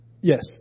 Yes